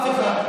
אף אחד.